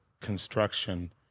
construction